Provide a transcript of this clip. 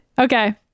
Okay